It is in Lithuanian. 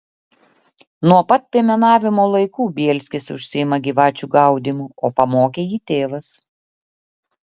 nuo pat piemenavimo laikų bielskis užsiima gyvačių gaudymu o pamokė jį tėvas